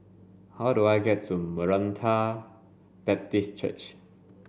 how do I get to Maranatha Baptist Church